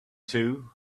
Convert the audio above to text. two